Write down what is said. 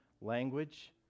language